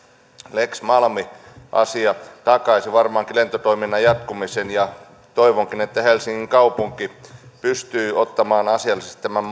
lex malmi asia takaisi varmaankin lentotoiminnan jatkumisen ja toivonkin että helsingin kaupunki pystyy ottamaan asiallisesti tämän